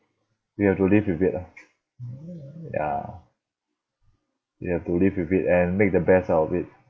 we have to live with it lah ya you have to live with it and make the best out of it